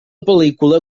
pel·lícula